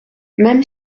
même